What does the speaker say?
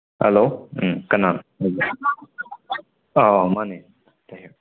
hello um ꯀꯅꯥ ꯑꯥꯎ ꯃꯥꯅꯤ